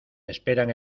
esperan